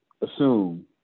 assume